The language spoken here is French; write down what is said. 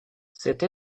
cette